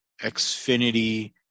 Xfinity